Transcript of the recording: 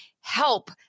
help